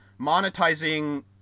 monetizing